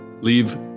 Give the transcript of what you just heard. leave